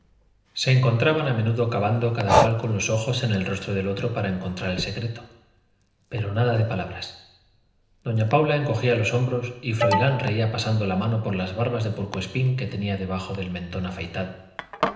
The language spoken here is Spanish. se encontraban a menudo cavando cada cual con los ojos en el rostro del otro para encontrar el secreto pero nada de palabras doña paula encogía los hombros y froilán reía pasando la mano por las barbas de puerco espín que tenía debajo del mentón afeitado